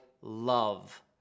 love